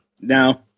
No